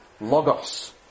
logos